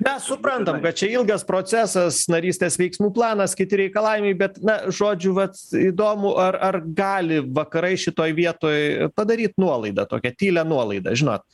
mes suprantam kad čia ilgas procesas narystės veiksmų planas kiti reikalavimai bet na žodžiu vat įdomu ar ar gali vakarai šitoj vietoj padaryt nuolaidą tokią tylią nuolaidą žinot